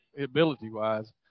ability-wise